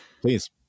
please